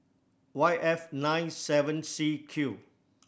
Y F nine seven C Q